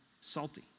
salty